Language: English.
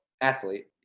athlete